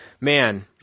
man